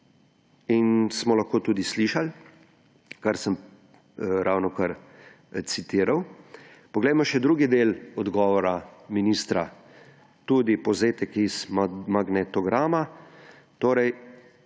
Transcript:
in smo lahko tudi slišali, kar sem ravnokar citiral. Poglejmo še drugi del odgovora ministra, tudi povzetek iz magnetograma.